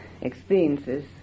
experiences